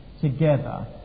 together